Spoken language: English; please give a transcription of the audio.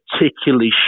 particularly